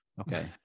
okay